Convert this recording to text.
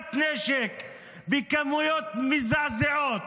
זליגת נשק בכמויות מזעזעות